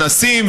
אנסים,